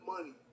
money